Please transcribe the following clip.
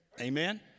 Amen